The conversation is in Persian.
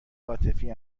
عاطفی